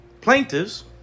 plaintiffs